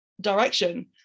direction